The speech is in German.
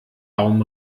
baum